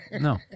No